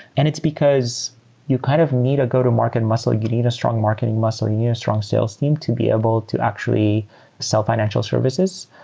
and it's because you kind of need a go-to-market muscle. you need a strong marketing muscle. you need a strong sales team to be able to actually sell financial services,